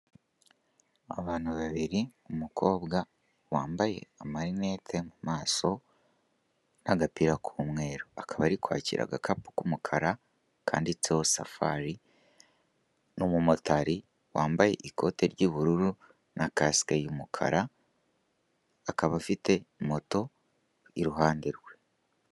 Abantu babiri umukobwa wambaye amarinete ku maso n'agapira k'umweru, akaba ari kwakira agakapu k'umukara kanditseho safari, n'umumotari wambaye ikote ry'ubururu na kasike y'umukara, akaba afite moto iruhande rwe.